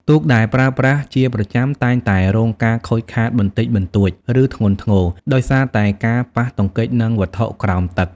ទូកដែលប្រើប្រាស់ជាប្រចាំតែងតែរងការខូចខាតបន្តិចបន្តួច ឬធ្ងន់ធ្ងរ ដោយសារតែការប៉ះទង្គិចនឹងវត្ថុក្រោមទឹក។